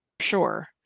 Sure